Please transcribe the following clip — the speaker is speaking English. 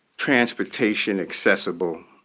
transportation accessible,